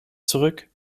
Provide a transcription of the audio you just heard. zurück